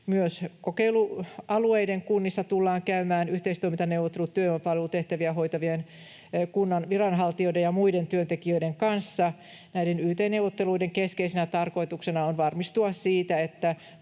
Myös kokeilualueiden kunnissa tullaan käymään yhteistoimintaneuvottelut työvoimapalvelutehtäviä hoitavien kunnan viranhaltijoiden ja muiden työntekijöiden kanssa. Näiden yt-neuvotteluiden keskeisenä tarkoituksena on varmistua siitä, että